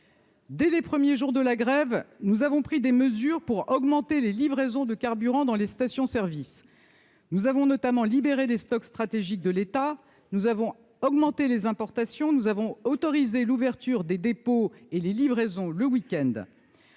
dès les premiers jours de la grève, nous avons pris des mesures pour augmenter les livraisons de carburant dans les stations service, nous avons notamment libérer des stocks stratégiques de l'État, nous avons augmenté les importations nous avons autorisé l'ouverture des dépôts et les livraisons le week-end,